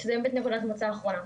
האחרונה.